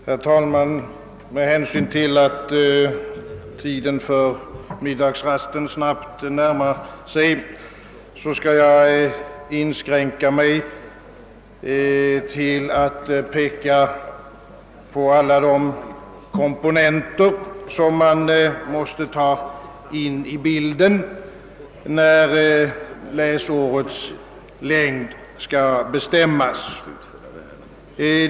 Herr talman! Med hänsyn till att tiden för middagsrasten snabbt närmar sig skall jag inskränka mig till att peka på alla de faktorer, som man måste ta hänsyn till när läsårets längd skall bestämmas.